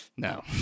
No